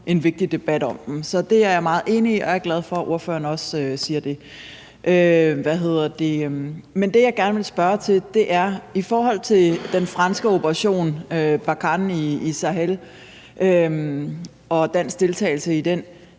en vigtig debat om dem. Så det er jeg meget enig i, og jeg er glad for, at ordføreren også siger det. Det, jeg gerne vil spørge til, er den franske Operation Barkhane i Sahel og den danske deltagelse i den.